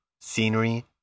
Scenery